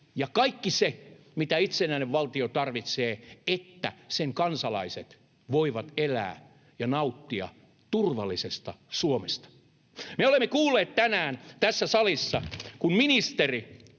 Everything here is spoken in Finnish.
ja kaikki se, mitä itsenäinen valtio tarvitsee, että sen kansalaiset voivat elää ja nauttia turvallisesta Suomesta. Me olemme kuulleet tänään tässä salissa, kun ministeri